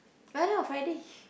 yeah I know Friday